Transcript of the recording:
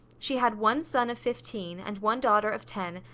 she had one son of fifteen and one daughter of ten,